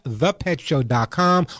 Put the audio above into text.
thepetshow.com